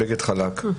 בגד חלק.